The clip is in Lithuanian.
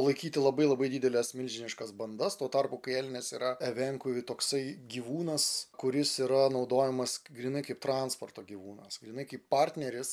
laikyti labai labai dideles milžiniškas bandas tuo tarpu kai elnias yra evenkui toksai gyvūnas kuris yra naudojamas grynai kaip transporto gyvūnas grynai kaip partneris